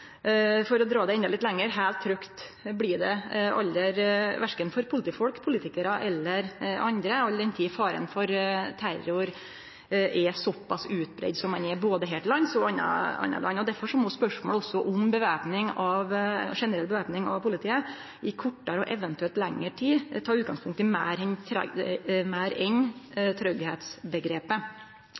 For å dra det endå litt lenger: Heilt trygt blir det aldri, verken for politifolk, politikarar eller andre, all den tid faren for terror er såpass utbreidd som han er, både her til lands og i andre land. Derfor må spørsmålet om generell væpning av politiet i kortare, eventuelt lengre, tid ta utgangspunkt i meir enn